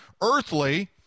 earthly